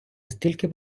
настільки